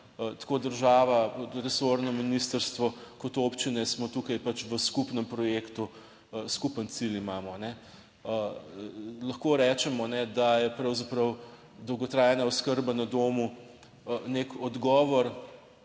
Tako država kot resorno ministrstvo kot občine, smo tukaj pač v skupnem projektu, skupen cilj imamo. Lahko rečemo, da je pravzaprav dolgotrajna oskrba na domu nek odgovor